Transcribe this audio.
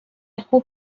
خوب